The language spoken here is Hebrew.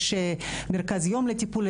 יש מרכז יום לטיפול,